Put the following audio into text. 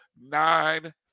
nine